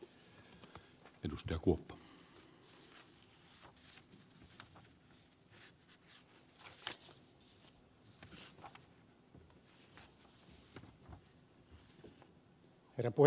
herra puhemies